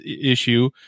issue